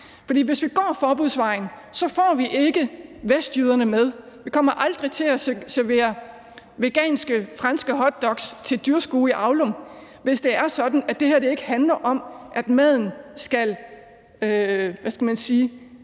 For hvis vi går forbudsvejen, får vi ikke vestjyderne med. Vi kommer aldrig til at servere veganske franske hotdogs til dyrskue i Aulum, hvis det er sådan, at det her ikke handler om, at maden skal være lækker,